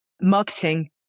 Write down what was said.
marketing